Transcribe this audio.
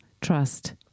trust